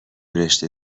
رشته